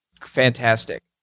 Fantastic